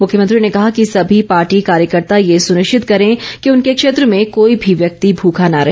मुख्यमंत्री ने कहा कि सभी पार्टी कार्यकर्ता ये सुनिश्चित करे की उनके क्षेत्र में कोई भी व्यक्ति भूखा न रहे